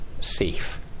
safe